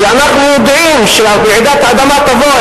כי אנחנו יודעים שרעידת האדמה תבוא,